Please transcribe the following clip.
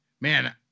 man